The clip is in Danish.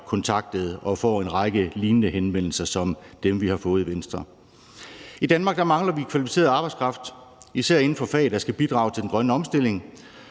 kontaktet og får en række lignende henvendelser – som dem, vi har fået i Venstre. I Danmark mangler vi kvalificeret arbejdskraft, især inden for fag, der skal bidrage til den grønne omstilling.